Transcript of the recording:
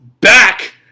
back